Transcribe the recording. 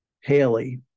Haley